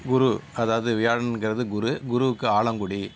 குரு அதாவது வியாழன்ங்கறது குரு குருவுக்கு ஆலங்குடி